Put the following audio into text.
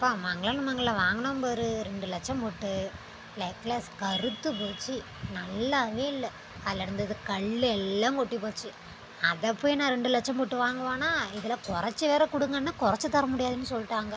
அப்பா மங்கள் அன் மங்களில் வாங்கினோம் பார் ரெண்டு லட்சம் போட்டு நெக்லஸ் கருத்துப் போச்சு நல்லாவே இல்லை அதில் இருந்தது கல் எல்லாம் கொட்டிப் போச்சு அதை போய் நான் ரெண்டு லட்சம் போட்டு வாங்குவேன்னா இதில் கொறைச்சி வேறே கொடுங்கன்னேன் கொறைச்சி தர முடியாதுன்னு சொல்லிட்டாங்க